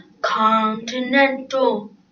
Continental